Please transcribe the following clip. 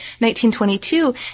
1922